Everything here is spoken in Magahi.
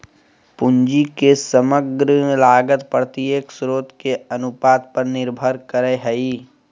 पूंजी के समग्र लागत प्रत्येक स्रोत के अनुपात पर निर्भर करय हइ